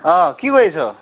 অ কি কৰিছ